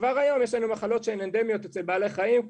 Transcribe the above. כבר היום יש לנו מחלות שהן אנדמיות אצל בעלי חיים,